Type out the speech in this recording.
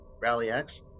Rally-X